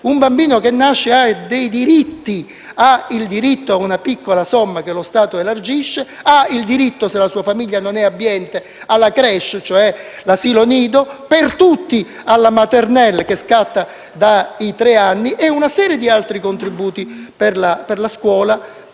un bambino che nasce ha dei diritti: ha il diritto a una piccola somma che lo Stato elargisce; ha diritto, se la sua famiglia non è abbiente, alla *crèche*, cioè all'asilo nido; ha diritto alla *maternelle*, che scatta dai tre anni e a una serie di altri contributi per la scuola,